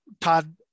Todd